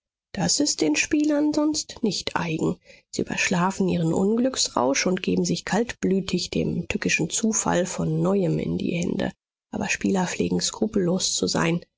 das ist den spielern sonst nicht eigen sie überschlafen ihren unglücksrausch und geben sich kaltblütig dem tückischen zufall von neuem in die hände aber spieler pflegen skrupellos zu sein